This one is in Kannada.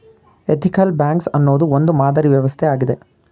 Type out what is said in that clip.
ಎಥಿಕಲ್ ಬ್ಯಾಂಕ್ಸ್ ಅನ್ನೋದು ಒಂದು ಮಾದರಿ ವ್ಯವಸ್ಥೆ ಆಗಿದೆ